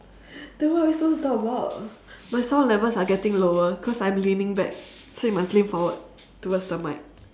then what else we're supposed to talk about my sound levels are getting lower cause I'm leaning back so you must lean forward towards the mic